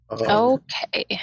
Okay